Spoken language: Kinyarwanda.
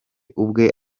ubwe